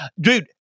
Dude